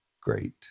great